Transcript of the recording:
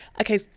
okay